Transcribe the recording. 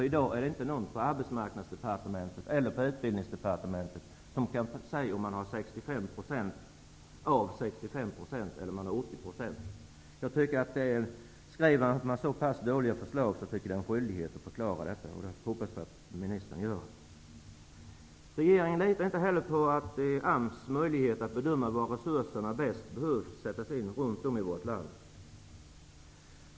I dag är det inte någon på Arbetsmarknadsdepartementet eller på Utbildningsdepartementet som kan säga om man har 65 % av 65 % eller om man har 80 %. Om man skriver så pass dåliga förslag, tycker jag att man har en skyldighet att förklara detta. Därför hoppas jag att ministern förklarar detta. Regeringen litar inte heller på AMS möjligheter att bedöma var resurserna bör sättas in runt om i vårt land.